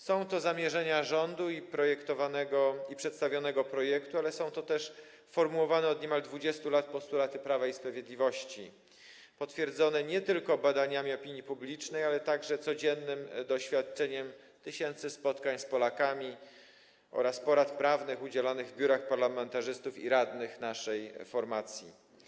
Są to zamierzenia rządu i przedstawionego projektu, ale są to też formułowane od niemal 20 lat postulaty Prawa i Sprawiedliwości, potwierdzone nie tylko badaniami opinii publicznej, ale także codziennym doświadczeniem w zakresie tysięcy spotkań z Polakami oraz porad prawnych udzielonych w biurach parlamentarzystów i radnych naszej formacji.